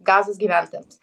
gazos gyventojams